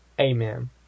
Amen